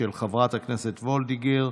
של חברת הכנסת וולדיגר.